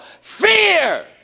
fear